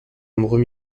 nombreux